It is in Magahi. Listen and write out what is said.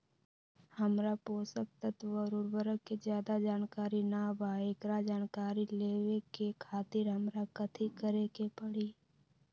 हमरा पोषक तत्व और उर्वरक के ज्यादा जानकारी ना बा एकरा जानकारी लेवे के खातिर हमरा कथी करे के पड़ी?